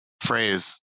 phrase